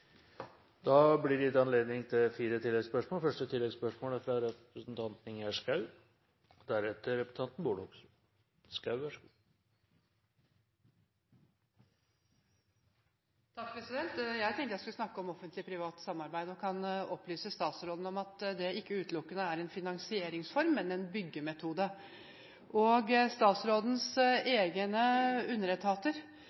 blir gitt anledning til fire oppfølgingsspørsmål – første spørsmål er fra Ingjerd Schou. Jeg tenkte jeg skulle snakke om offentlig–privat samarbeid. Jeg kan opplyse statsråden om at det ikke utelukkende er en finansieringsform, men også en byggemetode. Statsrådens egne underetater og statsrådens